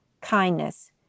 kindness